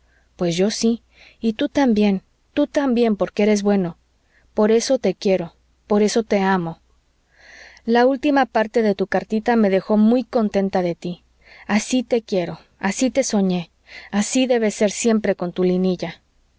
pues yo sí y tú también tú también porque eres bueno por eso te quiero por eso te amo la última parte de tu cartita me dejó muy contenta de tí así te quiero así te soñé así debes ser siempre con tu